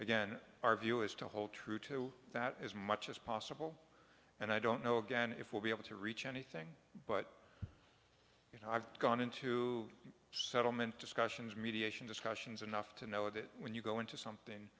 again our view is to hold true to that as much as possible and i don't know again if we'll be able to reach anything but you know i've gone into settlement discussions mediation discussions enough to know that when you go into something